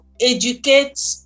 educate